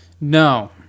No